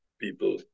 people